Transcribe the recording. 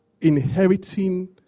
inheriting